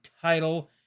title